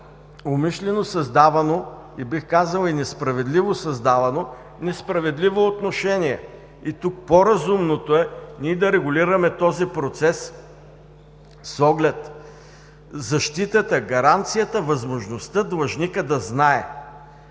умишлено създавано, бих казал – и несправедливо създавано, несправедливо отношение. Тук по-разумното е ние да регулираме този процес с оглед защитата, гаранцията, възможността длъжникът да знае,